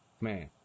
man